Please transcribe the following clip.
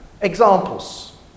examples